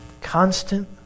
Constant